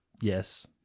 Yes